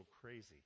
crazy